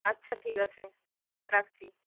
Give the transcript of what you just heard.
আচ্ছা ঠিক আছে রাখছি